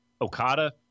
Okada